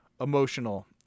Emotional